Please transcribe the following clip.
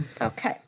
Okay